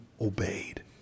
obeyed